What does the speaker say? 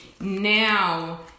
Now